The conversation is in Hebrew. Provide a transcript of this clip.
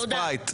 אז ספרייט.